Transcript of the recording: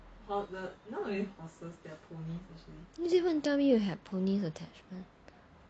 you didn't even tell me you have ponies attachment